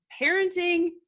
Parenting